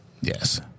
Yes